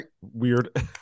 weird